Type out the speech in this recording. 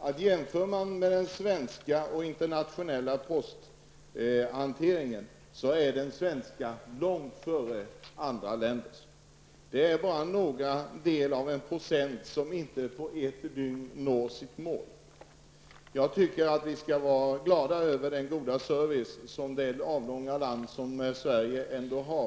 att om man jämför den svenska och den internationella posthanteringen, så ligger den svenska långt före andra länders. Det är bara någon del av en procent av försändelserna som inte på ett dygn når sitt mål. Jag tycker att vi skall vara glada över den goda postservice som vårt avlånga land ändå har.